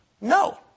no